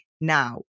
now